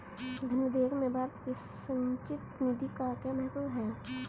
धन विधेयक में भारत की संचित निधि का क्या महत्व है?